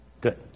Good